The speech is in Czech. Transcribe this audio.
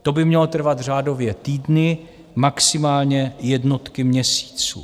To by mělo trvat řádově týdny, maximálně jednotky měsíců.